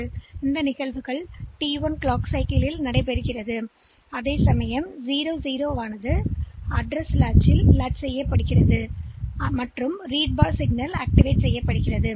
எனவே மதிப்பு 00 முகவரி லாட்ச் பொருத்துகிறது பின்னர் இந்த ரீட் பார் சிக்னல் வழங்கப்படுகிறது